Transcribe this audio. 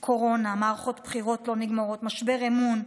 קורונה, מערכות בחירות שלא נגמרות, משבר אמון בנו,